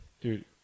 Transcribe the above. Dude